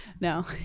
no